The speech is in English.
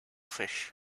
fish